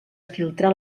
filtrar